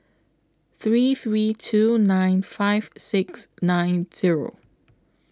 three three two nine five six nine Zero